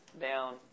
down